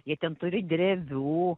jie ten turi drevių